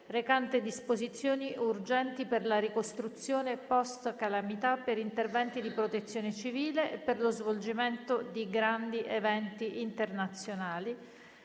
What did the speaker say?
recante disposizioni urgenti per la ricostruzione post-calamità, per interventi di protezione civile e per lo svolgimento di grandi eventi internazionali"